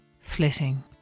flitting